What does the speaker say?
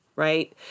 right